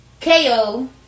KO